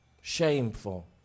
shameful